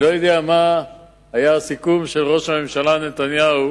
אני לא יודע מה היה הסיכום של ראש הממשלה נתניהו